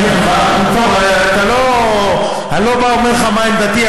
אני לא אומר לך מה עמדתי,